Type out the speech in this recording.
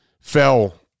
fell